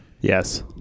Yes